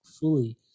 fully